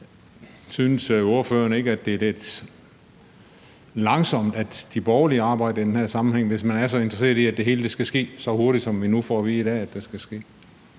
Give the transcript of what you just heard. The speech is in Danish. Synes ordføreren ikke, at det er lidt langsomt, de borgerlige arbejder i den her sammenhæng, hvis man er så interesseret i, at det hele skal ske så hurtigt, som vi nu får at vide i dag at det skal ske?